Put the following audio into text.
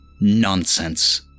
Nonsense